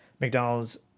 mcdonald's